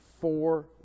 four